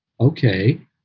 okay